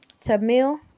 Tamil